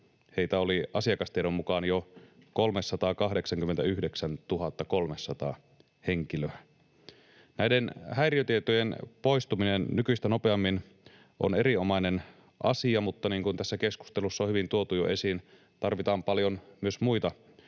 heitä oli Asiakastiedon mukaan jo 389 300 henkilöä. Näiden häiriötietojen poistuminen nykyistä nopeammin on erinomainen asia, mutta niin kuin tässä keskustelussa on hyvin tuotu jo esiin, tarvitaan paljon myös muita